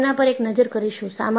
આપણે તેના પર એક નજર કરીશું